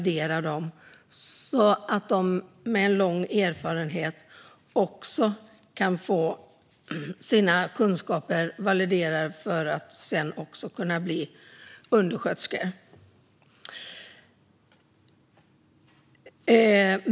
Därmed kan de med lång erfarenhet få sina kunskaper validerade för att kunna bli undersköterskor.